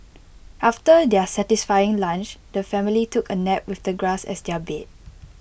after their satisfying lunch the family took A nap with the grass as their bed